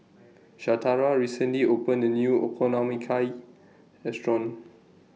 Shatara recently opened A New Okonomiyaki Restaurant